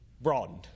broadened